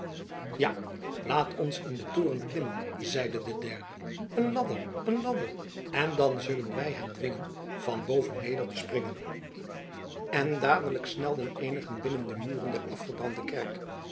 ja laat ons in den toren klimmen zeide de derde een ladder een ladder en dan zullen wij hen dwingen van boven neder te springen en dadelijk snelden eenigen binnen de muren der afgebrande kerk